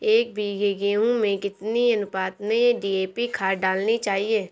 एक बीघे गेहूँ में कितनी अनुपात में डी.ए.पी खाद डालनी चाहिए?